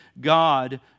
God